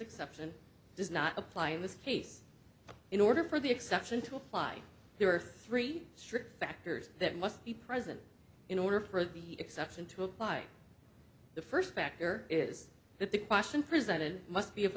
exception does not apply in this case in order for the exception to apply there are three strip factors that must be present in order for the exception to apply the first factor is that the question presided must be of